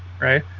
right